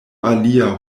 alia